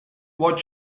what